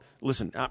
Listen